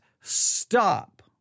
stop